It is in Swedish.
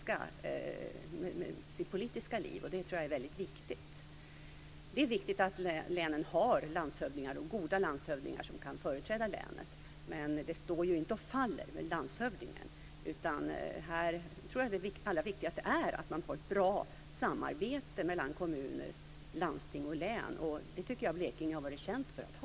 Jag tror att det är väldigt viktigt. Det är viktigt att länen har goda landshövdingar som kan företräda länet, men det står ju inte och faller med landshövdingen. Jag tror att det allra viktigaste är att man har ett bra samarbete mellan kommuner, landsting och län. Det tycker jag Blekinge har varit känt för att ha.